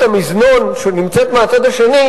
אדוני השר,